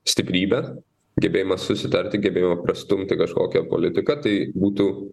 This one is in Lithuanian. stiprybę gebėjimą susitarti gebėjimą prastumti kažkokią politiką tai būtų